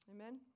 Amen